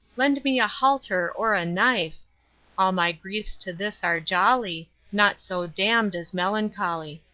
lend me a halter or a knife all my griefs to this are jolly, naught so damn'd as melancholy.